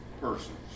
persons